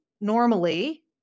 normally